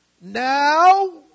now